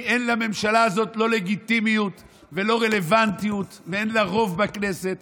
כי אין לממשלה הזאת לא לגיטימיות ולא רלוונטיות ואין לה רוב בכנסת